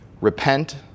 Repent